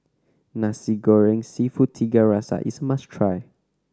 Nasi Goreng Seafood Tiga Rasa is a must try